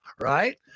right